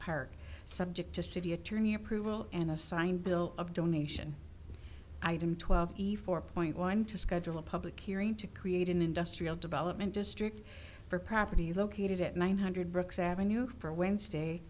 park subject to city attorney approval and assigned bill of donation item twelve eve four point one to schedule a public hearing to create an industrial development district for property located at nine hundred brooks avenue for wednesday